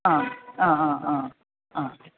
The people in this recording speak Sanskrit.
हा हा हा हा हा